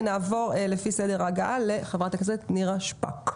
ונעבור לפי סדר ההגעה לחברת הכנסת נירה שפק.